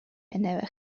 never